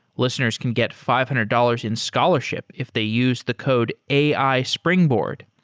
listeners can get five hundred dollars in scholarship if they use the code ai springboard.